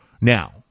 Now